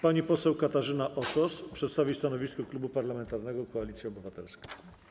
Pani poseł Katarzyna Osos przedstawi stanowisko Klubu Parlamentarnego Koalicja Obywatelska.